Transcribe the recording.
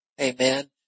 Amen